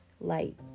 light